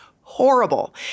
horrible